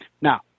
Now